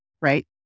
right